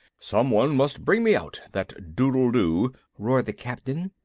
someone must bring me out that doodledoo, roared the captain,